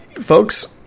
folks